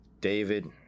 David